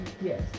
Yes